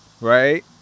right